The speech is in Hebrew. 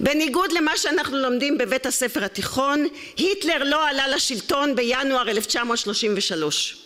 בניגוד למה שאנחנו לומדים בבית הספר התיכון, היטלר לא עלה לשלטון בינואר אלף תשע מאות שלושים ושלוש